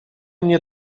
mnie